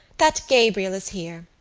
that gabriel is here.